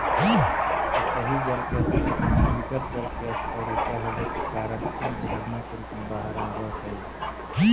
सतही जल के स्तर से भूमिगत जल के स्तर ऊँचा होवे के कारण इ झरना के रूप में बाहर आवऽ हई